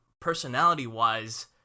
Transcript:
personality-wise